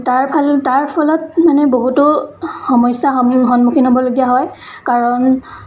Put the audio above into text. তাৰ ফালে তাৰ ফলত মানে বহুতো সমস্যা সন্মুখীন হ'বলগীয়া হয় কাৰণ